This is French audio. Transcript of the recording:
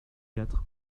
quatre